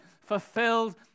fulfilled